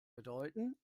bedeuten